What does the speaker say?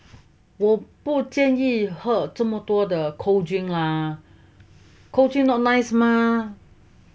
我我不建议喝这么多的 cold drink cold drink not nice mah